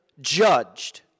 judged